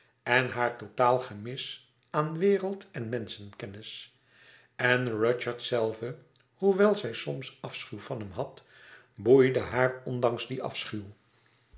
en haar totaal gemis aan wereld en menschenkennis en rudyard zelve hoewel zij soms afschuw van hem had boeide haar ondanks dien